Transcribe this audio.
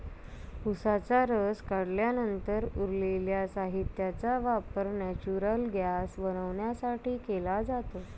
उसाचा रस काढल्यानंतर उरलेल्या साहित्याचा वापर नेचुरल गैस बनवण्यासाठी केला जातो